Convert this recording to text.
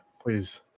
please